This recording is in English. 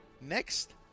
next